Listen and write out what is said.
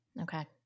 Okay